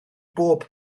bob